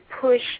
push